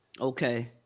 Okay